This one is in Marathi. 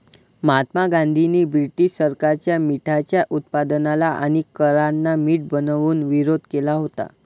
महात्मा गांधींनी ब्रिटीश सरकारच्या मिठाच्या उत्पादनाला आणि करांना मीठ बनवून विरोध केला होता